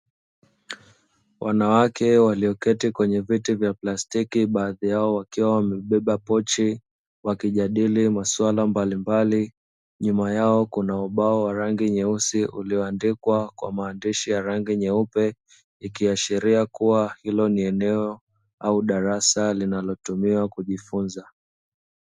Wanawake walioketi kwenye viti vya plastiki, baadhi yao wakiwa wamebeba pochi wakijadili maswala mbalimbali, nyuma yao kuna ubao wa rangi nyeusi ulio andikwa kwa maandishi ya rangi nyeupe, ikiashiria kuwa hilo ni eneo au darasa linalo tumiwa kujifunza.